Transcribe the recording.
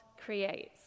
creates